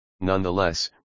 Nonetheless